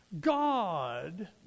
God